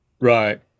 Right